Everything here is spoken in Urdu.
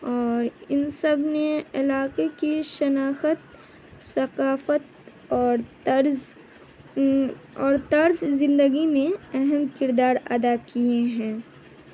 اور ان سب نے علاقے کی شناخت ثقافت اور طرز اور طرز زندگی میں اہم کردار ادا کیے ہیں